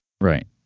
Right